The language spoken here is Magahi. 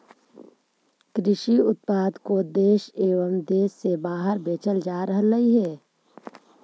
कृषि उत्पादों को देश एवं देश से बाहर बेचल जा रहलइ हे